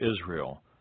Israel